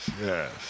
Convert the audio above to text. yes